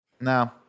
No